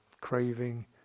craving